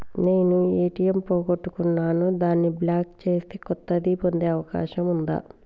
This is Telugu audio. నేను ఏ.టి.ఎం పోగొట్టుకున్నాను దాన్ని బ్లాక్ చేసి కొత్తది పొందే అవకాశం ఉందా?